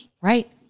right